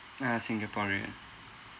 uh singaporean